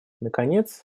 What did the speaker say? наконец